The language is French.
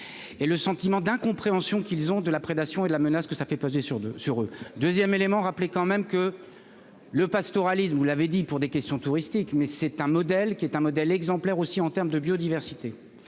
et le sentiment d'incompréhension qu'ils ont de la prédation et de la menace que ça fait peser sur deux sur eux 2ème élément rappeler quand même que le pastoralisme, vous l'avez dit, pour des questions touristique, mais c'est un modèle qui est un modèle exemplaire aussi en terme de biodiversité,